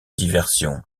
diversion